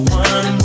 one